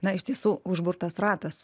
na iš tiesų užburtas ratas